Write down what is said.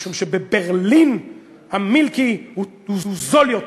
משום שבברלין המילקי זול יותר.